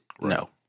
no